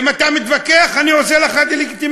אם אתה מתווכח אני עושה לך דה-לגיטימציה.